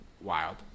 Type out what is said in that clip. Wild